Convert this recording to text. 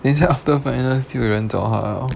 等一下 after finals 就有人找她 liao